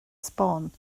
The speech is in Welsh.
sbon